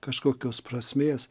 kažkokios prasmės